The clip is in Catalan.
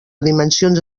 dimensions